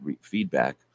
feedback